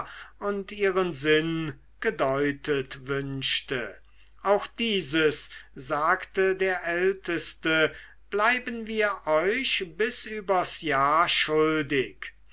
und ihren sinn gedeutet wünschte auch dieses sagte der älteste bleiben wir euch bis übers jahr schuldig